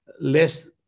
less